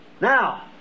Now